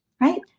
right